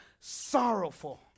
sorrowful